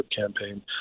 campaign